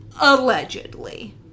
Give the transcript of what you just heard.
allegedly